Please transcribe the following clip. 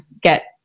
get